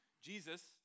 Jesus